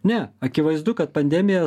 ne akivaizdu kad pandemija